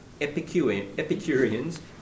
Epicureans